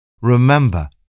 remember